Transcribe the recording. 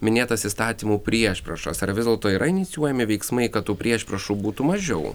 minėtas įstatymų priešpriešas ar vis dėlto yra inicijuojami veiksmai kad tų priešpriešų būtų mažiau